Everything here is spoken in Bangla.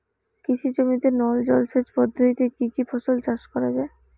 কৃষি জমিতে নল জলসেচ পদ্ধতিতে কী কী ফসল চাষ করা য়ায়?